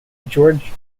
george